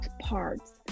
parts